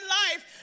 life